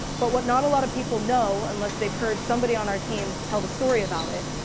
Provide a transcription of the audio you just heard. but whatnot a lot of people know unless they heard somebody on our team tell the story about it,